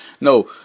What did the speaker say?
No